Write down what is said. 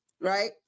right